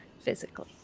physically